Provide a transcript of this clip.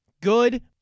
good